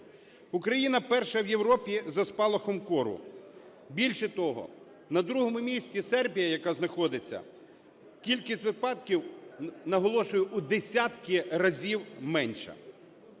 Україна перша в Європі за спалахом кору. Більше того, на другому місті Сербія, яка знаходиться, кількість випадків, наголошую, у десятки разів менша.